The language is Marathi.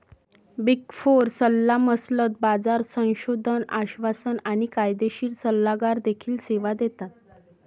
बिग फोर सल्लामसलत, बाजार संशोधन, आश्वासन आणि कायदेशीर सल्लागार देखील सेवा देतात